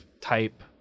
type